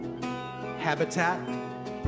Habitat